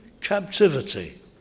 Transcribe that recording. captivity